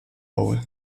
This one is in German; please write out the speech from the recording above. bowl